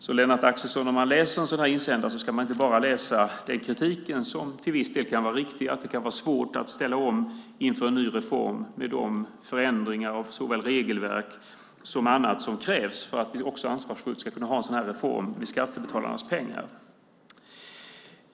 Så, Lennart Axelsson, om man läser en sådan här insändare ska man inte bara läsa den kritik som till viss del kan vara riktig om att det kan vara svårt att ställa om inför en ny reform med de förändringar av såväl regelverk som annat som krävs för att vi också ansvarsfullt ska kunna genomföra en sådan här reform med skattebetalarnas pengar.